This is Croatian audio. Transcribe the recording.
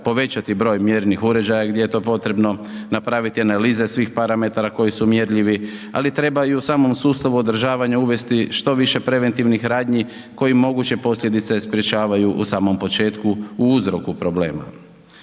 povećati broj mjernih uređaja gdje je to potrebno, napraviti analize svih parametara koji su mjerljivi ali treba i u samom sustavu održavanja uvesti što više preventivnih radnji koji moguće posljedice sprječavaju u samom početku u uzroku problema.